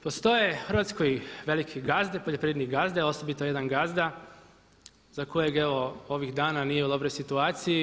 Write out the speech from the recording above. Postoje u Hrvatskoj veliki gazde, poljoprivredne gazde, osobito jedan gazda za kojeg evo ovih dana nije u dobroj situaciji.